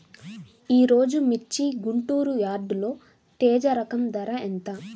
ఈరోజు మిర్చి గుంటూరు యార్డులో తేజ రకం ధర ఎంత?